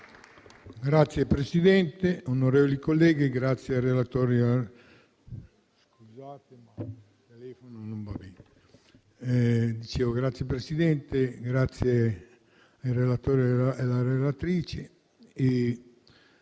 Signor Presidente, onorevoli colleghi, ringrazio il relatore e la relatrice.